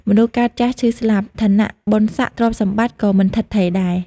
មនុស្សកើតចាស់ឈឺស្លាប់។ ឋានៈ បុណ្យស័ក្ដិ ទ្រព្យសម្បត្តិ ក៏មិនឋិតថេរដែរ។